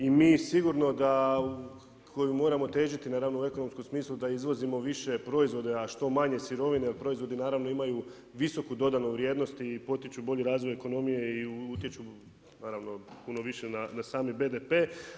I mi sigurno da koji moramo težiti naravno u ekonomskom smislu da izvozimo više proizvoda a što manje sirovine jer proizvodi naravno imaju visoku dodanu vrijednost i potiču bolji razvoj ekonomije i utječu naravno puno više na sami BDP.